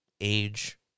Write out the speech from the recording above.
age